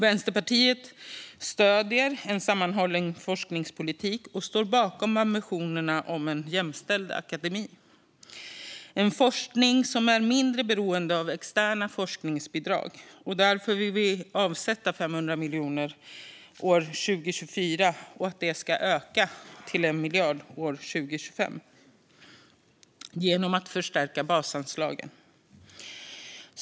Vänsterpartiet stöder en sammanhållen forskningspolitik och står bakom ambitionerna om en jämställd akademi och en forskning som är mindre beroende av externa forskningsbidrag. Vi vill därför avsätta 500 miljoner 2024 och öka till 1 miljard 2025 genom att förstärka basanslagen.